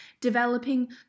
developing